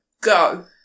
Go